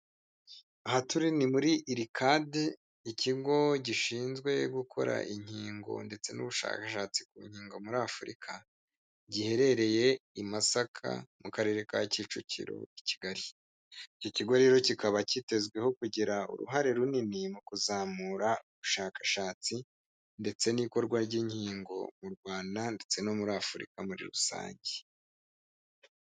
Aha turi ni muri irikade ikigo gishinzwe gukora inkingo ndetse n'ubushakashatsi ku nkingo muri afurika, giherereye i masaka mu karere ka Kicukiro i Kigali, icyo kigo rero kikaba cyitezweho kugira uruhare runini mu kuzamura ubushakashatsi ndetse n'ikorwa ry'inkingo mu rwanda ndetse no muri afurika muri rusange.